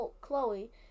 Chloe